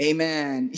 Amen